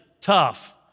tough